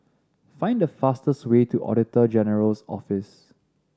find the fastest way to Auditor General's Office